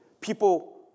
people